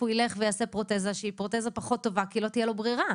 הוא ילך ויעשה פרוטזה שהיא פרוטזה פחות טובה כי לא תהיה לו ברירה,